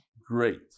Great